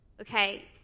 Okay